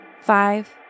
five